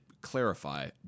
clarify